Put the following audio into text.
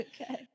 Okay